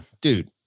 dude